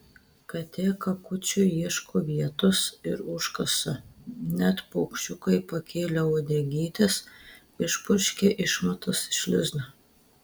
katė kakučiui ieško vietos ir užkasa net paukščiukai pakėlę uodegytes išpurškia išmatas iš lizdo